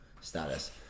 status